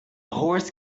horse